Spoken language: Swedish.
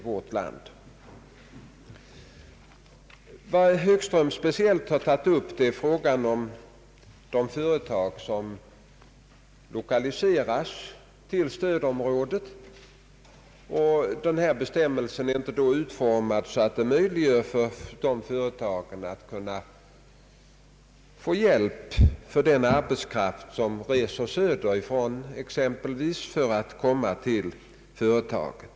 Herr Högström har särskilt tagit upp frågan om de företag som lokaliseras till stödområdet. Den bestämmelse det här gäller är inte utformad så att den medger för dessa företag att få hjälp exempelvis för arbetskraft som reser söderifrån för att komma till företagen.